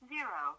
Zero